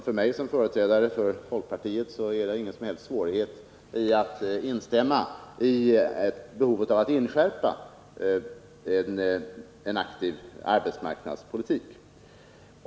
För mig som företrädare för folkpartiet är det ingen svårighet att instämma i fråga om behovet av att inskärpa vikten av en aktiv arbetsmarknadspolitik.